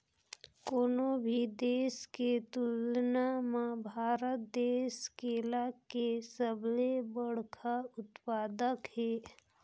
कोनो भी देश के तुलना म भारत देश केला के सबले बड़खा उत्पादक हे